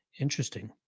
Interesting